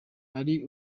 ari